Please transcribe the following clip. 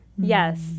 Yes